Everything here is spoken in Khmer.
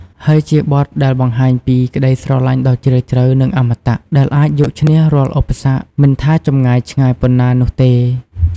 ហើយជាបទដែលបង្ហាញពីក្តីស្រឡាញ់ដ៏ជ្រាលជ្រៅ និងអមតៈ ដែលអាចយកឈ្នះរាល់ឧបសគ្គ មិនថាចម្ងាយឆ្ងាយប៉ុណ្ណានោះទេ។